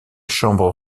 chambre